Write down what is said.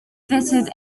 fitted